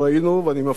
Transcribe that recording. גדעון ידידי,